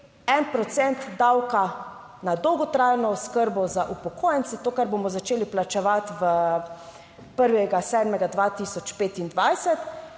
davka na dolgotrajno oskrbo za upokojence, to, kar bomo začeli plačevati v 1. 7. 2025,